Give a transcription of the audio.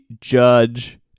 judge